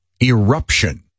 Eruption